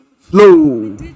flow